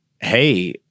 hey